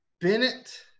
Bennett